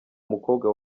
mukobwa